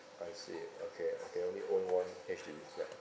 I see okay okay only own one H_D_B flat